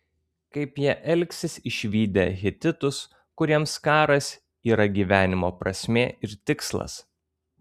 kaip jie elgsis išvydę hetitus kuriems karas yra gyvenimo prasmė ir tikslas